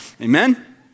Amen